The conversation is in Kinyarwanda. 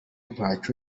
ntaco